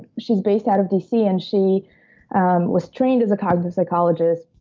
she's based out of d c. and she was trained as a cognitive psychologist,